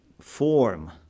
form